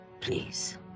Please